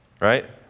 right